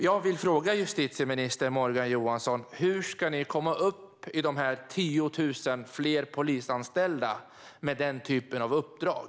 Då vill jag fråga justitieminister Morgan Johansson: Hur ska ni komma upp i dessa 10 000 fler polisanställda med denna typ av uppdrag?